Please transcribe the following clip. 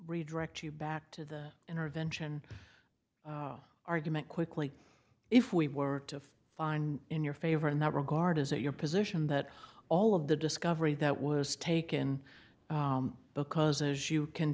read rect you back to the intervention argument quickly if we were to find in your favor in that regard is it your position that all of the discovery that was taken because as you can